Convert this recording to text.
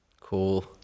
cool